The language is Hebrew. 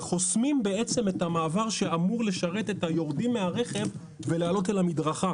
וחוסמים בעצם את המעבר שאמור לשרת את היורדים מהרכב ולעלות אל המדרכה.